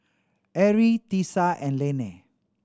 Arie Tisa and Lainey